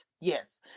Yes